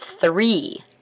three